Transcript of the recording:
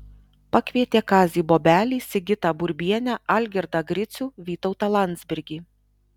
pakvietė kazį bobelį sigitą burbienę algirdą gricių vytautą landsbergį